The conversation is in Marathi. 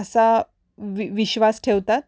असा वि विश्वास ठेवतात